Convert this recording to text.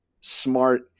smart